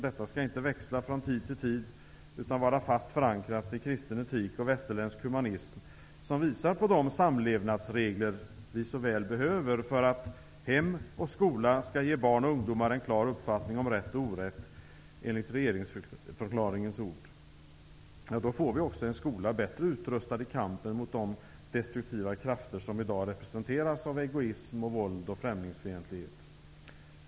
Detta skall inte växla från tid till tid utan vara fast förankrat i kristen etik och västerländsk humanism, som visar på de samlevnadsregler vi så väl behöver för att ''hem och skola skall ge barn och ungdomar en klar uppfattning om rätt och orätt'', enligt regeringsförklaringens ord. Då får vi också en skola bättre utrustad i kampen mot de destruktiva krafter som i dag representeras av egoism, våld och främlingsfientlighet.